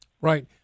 Right